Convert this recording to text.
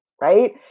right